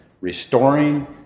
restoring